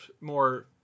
more